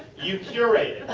you curate it.